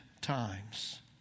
times